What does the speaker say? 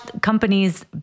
companies